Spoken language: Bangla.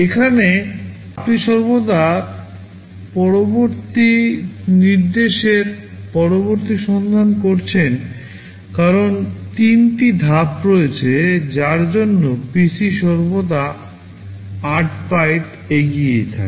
এখানে আপনি সর্বদা পরবর্তী নির্দেশের পরবর্তী সন্ধান করছেন কারণ তিনটি ধাপ রয়েছে যার জন্য PC সর্বদা 8 বাইট এগিয়ে থাকে